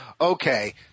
okay